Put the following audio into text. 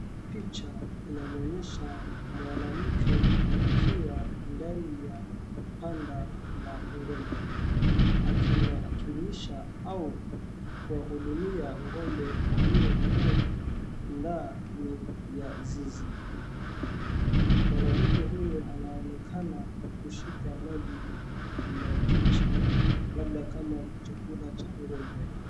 Picha inanionyesha mwanamke akiwa ndani ya banda la ng'ombe, akilisha au kuwahudumia ng'ombe waliokuwa ndani ya zizi. Mwanamke huyu anaonekana kushika maji na bichi labda kama chakula cha ngombe